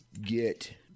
get